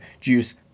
juice –